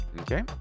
Okay